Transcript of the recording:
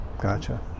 Gotcha